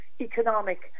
economic